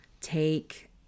take